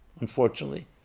unfortunately